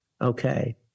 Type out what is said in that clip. okay